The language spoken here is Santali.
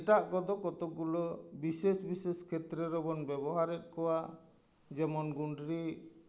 ᱮᱴᱟᱜ ᱠᱚᱫᱚ ᱠᱚᱛᱚᱜ ᱜᱩᱞᱟᱹ ᱵᱤᱥᱮᱥ ᱵᱤᱥᱮᱥ ᱠᱷᱮᱛᱨᱮ ᱨᱮᱵᱚᱱ ᱵᱮᱵᱚᱦᱟᱨᱮᱫ ᱠᱚᱣᱟ ᱡᱮᱢᱚᱱ ᱜᱩᱸᱰᱨᱤ